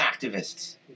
activists